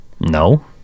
No